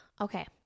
Okay